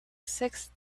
sixth